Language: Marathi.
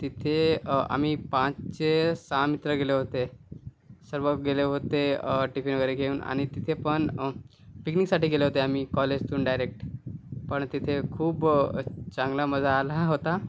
तिथे आम्ही पाच ते सहा मित्र गेले होते सर्व गेले होते टिफिन वगैरे घेऊन आणि तिथे पण पिकनिक साठी गेले होते आम्ही कॉलेजवरून डायरेक्ट पण तिथे खूप चांगला मजा आला होता